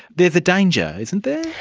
there is a danger, isn't there?